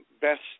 best